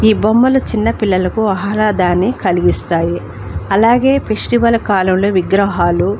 ఈ బొమ్మలు చిన్న పిల్లలకు ఆహ్లాదాన్ని కలిగిస్తాయి అలాగే ఫెస్టివల్ కాలంలో విగ్రహాలు